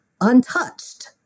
untouched